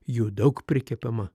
jų daug prikepama